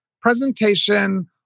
presentation